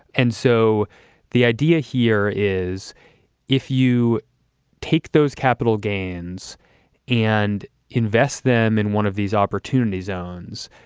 and so the idea here is if you take those capital gains and invest them in one of these opportunity zones,